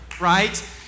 Right